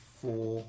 four